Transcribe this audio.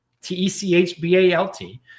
T-E-C-H-B-A-L-T